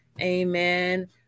Amen